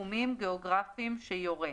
בתחומים גאוגרפיים שיורה,